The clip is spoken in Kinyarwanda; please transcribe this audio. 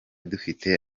dufite